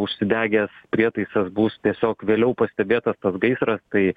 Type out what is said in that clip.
užsidegęs prietaisas bus tiesiog vėliau pastebėtas tas gaisras tai